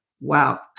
Wow